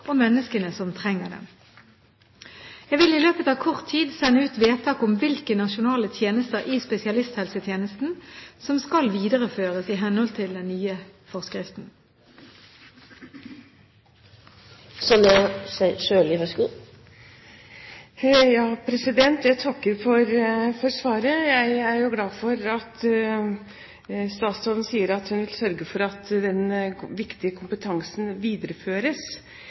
og menneskene som trenger den. Jeg vil i løpet av kort tid sende ut vedtak om hvilke nasjonale tjenester i spesialisthelsetjenesten som skal videreføres i henhold til den nye forskriften. Jeg takker for svaret. Jeg er glad for at statsråden sier at hun vil sørge for at den viktige kompetansen videreføres.